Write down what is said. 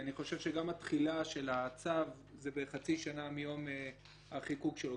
אני חושב שגם התחילה של הצו היא בחצי שנה מיום החיקוק שלו,